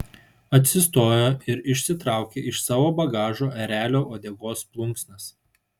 atsistojo ir išsitraukė iš savo bagažo erelio uodegos plunksnas